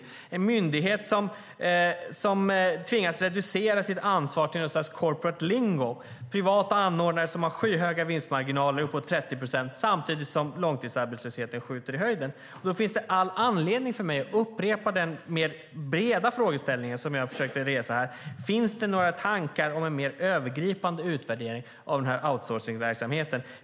Det är en myndighet som har tvingats reducera sitt ansvar till något slags corporate lingo, privata anordnare som har skyhöga vinstmarginaler uppåt 30 procent samtidigt som långtidsarbetslösheten skjuter i höjden. Det finns all anledning för mig att upprepa den mer breda frågeställning som jag försökte resa här. Finns det några tankar om en mer övergripande utvärdering av outsourcingverksamheten?